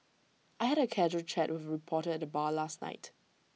I had A casual chat with A reporter at the bar last night